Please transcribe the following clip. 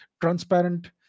transparent